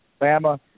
Bama